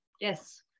Yes